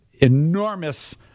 enormous